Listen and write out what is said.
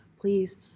please